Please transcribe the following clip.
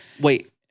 Wait